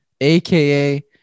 AKA